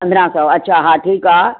पंद्रहं सौ अच्छा हा ठीक आहे